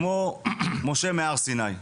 כמו משה מהר סיני.